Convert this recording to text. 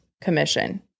commission